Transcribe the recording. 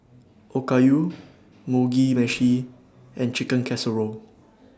Okayu Mugi Meshi and Chicken Casserole